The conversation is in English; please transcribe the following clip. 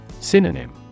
Synonym